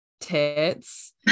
tits